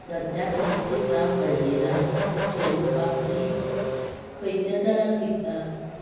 सध्या पाचशीं ग्राम हळदिराम सोन पापडी खंयच्या दरान विकतात